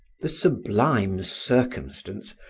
the sublime circumstance,